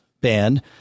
band